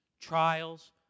trials